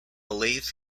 lathe